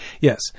yes